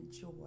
joy